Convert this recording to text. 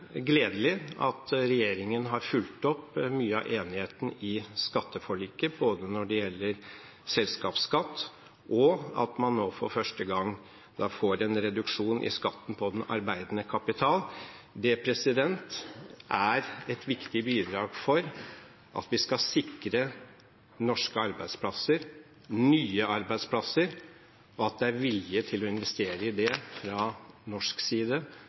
gledelig at regjeringen har fulgt opp mye av enigheten i skatteforliket, både når det gjelder selskapsskatt og det at man for første gang får en reduksjon i skatten på den arbeidende kapital. Det er et viktig bidrag for at vi skal sikre norske arbeidsplasser og nye arbeidsplasser, og at det er vilje til å investere i det fra norsk side,